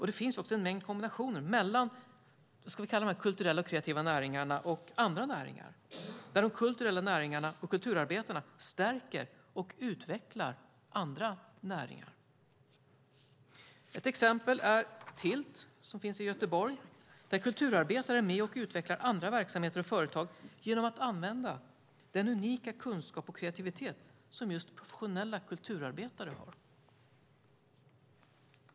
Det finns en mängd kombinationer mellan de här kulturella och kreativa näringarna och andra näringar, där de kulturella näringarna och kulturarbetarna stärker och utvecklar andra näringar. Ett exempel är TILLT, som finns i Göteborg, där kulturarbetare är med och utvecklar andra verksamheter och företag genom att använda den unika kunskap och kreativitet som just professionella kulturarbetare har.